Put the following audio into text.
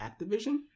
Activision